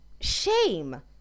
shame